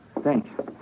Thanks